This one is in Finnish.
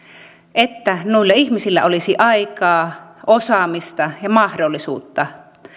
että noilla ihmisillä olisi aikaa osaamista ja mahdollisuutta